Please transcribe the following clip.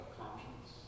conscience